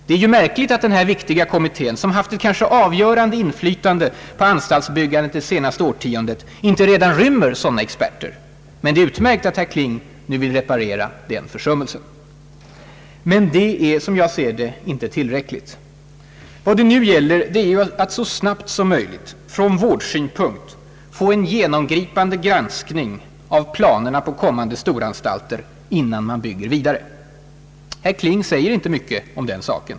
Det är ju märkligt att den här viktiga kommittén, som har haft det kanske avgörande inflytandet på anstaltsbyggandet det senaste årtiondet, inte redan rymmer sådana experter. Men det är utmärkt att herr Kling nu vill reparera den försummelsen. Men det är inte tillräckligt. Vad det nu gäller är ju att så snabbt som möjligt från vårdsynpunkt få en genomgripande granskning av planerna på kommande storanstalter, innan man bygger vidare, Herr Kling säger inte mycket om den saken.